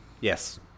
Yes